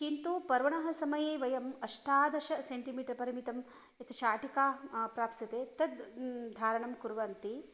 किन्तु पर्वणः समये वयम् अष्टादश सेण्टिमीटर् परिमितं या शाटिका प्राप्स्यते तद् धारणं कुर्वन्ति